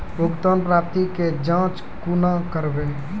भुगतान प्राप्ति के जाँच कूना करवै?